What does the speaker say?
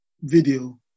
video